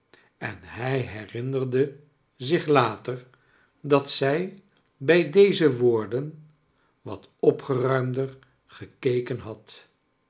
en hij herinnerde zich later dat zij bij deze woorden wat opgeruimder gekeken had